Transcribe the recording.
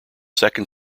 second